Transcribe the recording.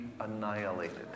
annihilated